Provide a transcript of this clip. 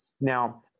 now